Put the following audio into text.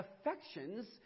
affections